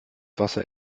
wasser